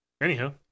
anyhow